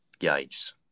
yikes